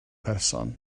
person